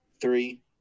Three